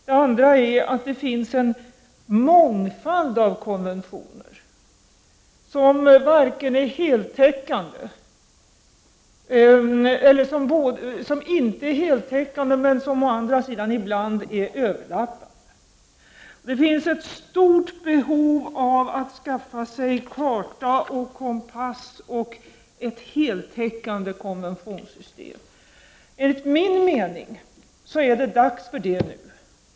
Den andra är att det finns en mångfald av konventioner, som inte är heltäckande men som ibland är överlappande. Det finns ett stort behov av att skaffa sig karta och kompass och ett heltäckande konventionssystem. Enligt min mening är det dags för det nu.